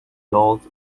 yolks